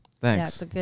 Thanks